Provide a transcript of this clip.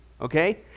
okay